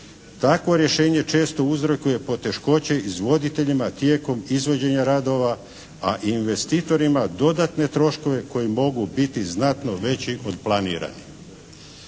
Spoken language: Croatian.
Takvo rješenje često uzrokuje poteškoće izvoditeljima tijekom izvođenja radova, a investitorima dodatne troškove koji mogu biti znatno veći od planiranih.